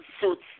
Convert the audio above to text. suits